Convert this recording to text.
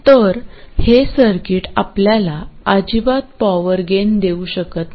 तर हे सर्किट आपल्याला अजिबात पॉवर गेन देऊ शकत नाही